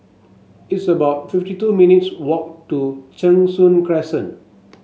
it's about fifty two minutes walk to Cheng Soon Crescent